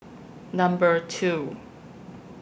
Number two